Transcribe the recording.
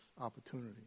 opportunity